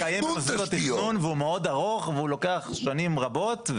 אחרי שהתקיים במוסדות התכנון והוא מאוד ארוך והוא לוקח שנים רבות.